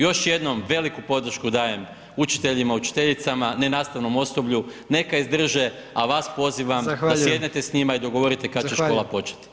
Još jednom veliku podršku dajem učiteljima, učiteljicama, nenastavnom osoblju, neka izdrže, a vas pozivam da sjednete [[Upadica: Zahvaljujem.]] i dogovorite kad će škola početi.